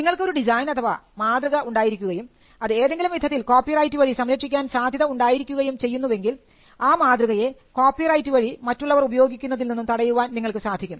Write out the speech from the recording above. നിങ്ങൾക്ക് ഒരു ഡിസൈൻ അഥവാ മാതൃക ഉണ്ടായിരിക്കുകയും അത് ഏതെങ്കിലും വിധത്തിൽ കോപ്പിറൈറ്റ് വഴി സംരക്ഷിക്കാൻ സാധ്യത ഉണ്ടായിരിക്കുകയും ചെയ്യുന്നുവെങ്കിൽ ആ മാതൃകയെ കോപ്പി റൈറ്റ് വഴി മറ്റുള്ളവർ ഉപയോഗിക്കുന്നതിൽ നിന്നും തടയുവാൻ നിങ്ങൾക്ക് സാധിക്കും